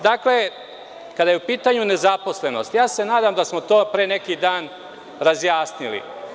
Kada je u pitanju nezaposlenost, ja se nadam da smo to pre neki dan razjasnili.